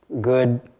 good